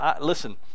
Listen